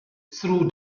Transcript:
through